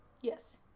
Yes